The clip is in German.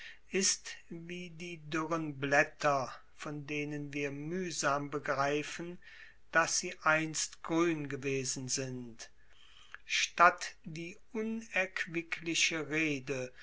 ist wie die duerren blaetter von denen wir muehsam begreifen dass sie einst gruen gewesen sind statt die unerquickliche rede